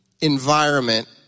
environment